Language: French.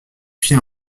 fit